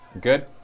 Good